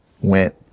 went